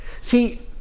See